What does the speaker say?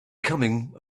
coming